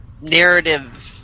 narrative